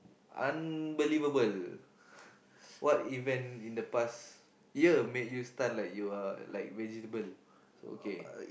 unbelievable what event in the past year make you stunned like you are like vegetable okay